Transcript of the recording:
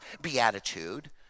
beatitude